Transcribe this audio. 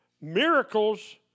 miracles